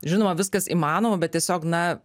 žinoma viskas įmanoma bet tiesiog na